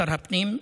שר הפנים,